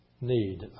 need